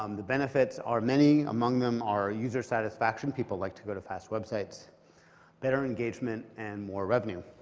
um the benefits are many, among them are user satisfaction people like to go to fast website better engagement, and more revenue.